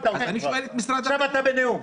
עכשיו אתה בנאום.